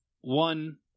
one